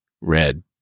red